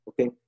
Okay